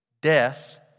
Death